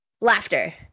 Laughter